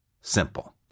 Simple